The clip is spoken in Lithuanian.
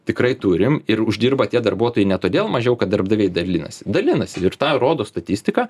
tikrai turim ir uždirba tie darbuotojai ne todėl mažiau kad darbdaviai dalinasi dalinasi tą rodo statistika